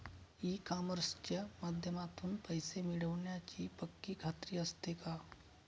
E कॉमर्सच्या माध्यमातून पैसे मिळण्याची पक्की खात्री असते का?